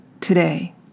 Today